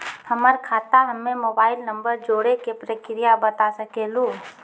हमर खाता हम्मे मोबाइल नंबर जोड़े के प्रक्रिया बता सकें लू?